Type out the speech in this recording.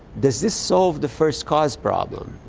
this this solve the first cause problem?